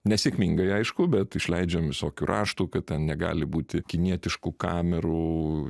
nesėkmingai aišku bet išleidžiam visokių raštų kad negali būti kinietiškų kamerų